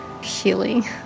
healing